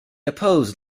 opposed